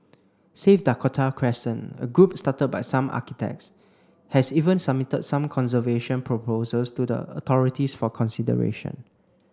save Dakota Crescent a group started by some architects has even submitted some conservation proposals to the authorities for consideration